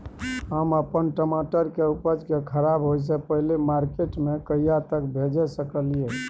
हम अपन टमाटर के उपज के खराब होय से पहिले मार्केट में कहिया तक भेज सकलिए?